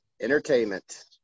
Entertainment